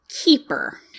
keeper